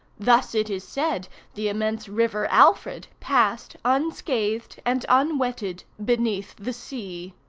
thus it is said the immense river alfred passed, unscathed, and unwetted, beneath the sea.